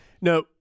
No